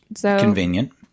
Convenient